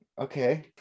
Okay